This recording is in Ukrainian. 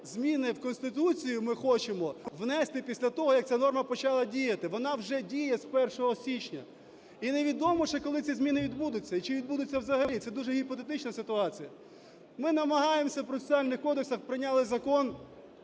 зміни в Конституцію ми хочемо внести після того, як ця норма почала діяти, вона вже діє з 1 січня. І невідомо ще коли ці зміни відбудуться і чи відбудуться взагалі, це дуже гіпотетична ситуація. Ми намагаємося, в процесуальних кодексах прийняли закон,